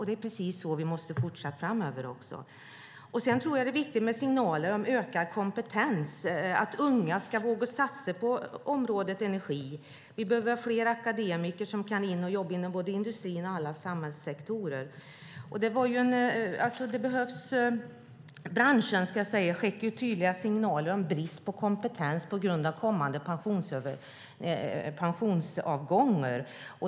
Det är precis så vi måste fortsätta framöver också. Sedan tror jag att det är viktigt med signaler om ökad kompetens, att unga ska våga satsa på området energi. Vi behöver ha fler akademiker som kan jobba inom både industrin och alla samhällssektorer. Branschen skickar tydliga signaler om brist på kompetens på grund av kommande pensionsavgångar.